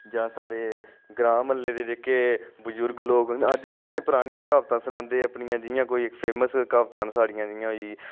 जां साढ़े ग्रांऽ म्हल्ले दे जेह्के बजुर्ग लोक न अज्ज बी असें ई परानियां क्हावतां सनांदे इ'यां जि'यां कोई फेमस क्हावतां न साढ़ियां जि'यां होई गेई